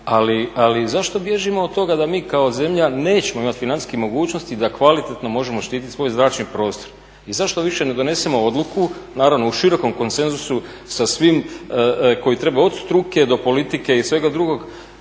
Ali zašto mi bježimo od toga da mi kao zemlja nećemo imati financijskih mogućnosti da kvalitetno možemo štititi svoj zračni prostor i zašto više ne donesemo odluku naravno u širokom konsenzusu sa svim koji treba od struke do politike i svega drugog